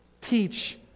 Teach